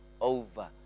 over